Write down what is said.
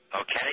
okay